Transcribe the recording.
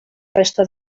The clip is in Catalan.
resta